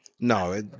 No